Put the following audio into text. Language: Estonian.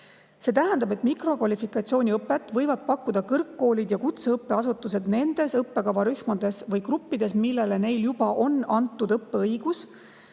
See tähendab, et mikrokvalifikatsiooniõpet võivad kõrgkoolid ja kutseõppeasutused pakkuda oma õppekavarühmades või ‑gruppides, millele on juba antud õppeõigus,